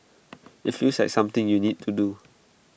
IT feels like something you need to do